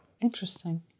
Interesting